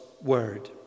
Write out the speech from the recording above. Word